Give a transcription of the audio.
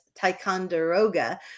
Ticonderoga